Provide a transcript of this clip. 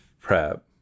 prep